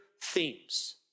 themes